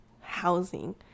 housing